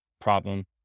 problem